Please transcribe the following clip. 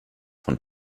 von